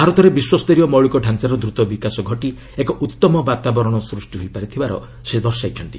ଭାରତରେ ବିଶ୍ୱସ୍ତରୀୟ ମୌଳିକଢାଞ୍ଚାର ଦ୍ରତ ବିକାଶ ଘଟି ଏକ ଉତ୍ତମ ବାତାବରଣ ସୂଷ୍ଟି ହୋଇପାରିଥିବାର ସେ ଦର୍ଶାଇଛନ୍ତି